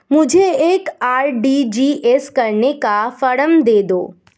मुझे एक आर.टी.जी.एस करने का फारम दे दो?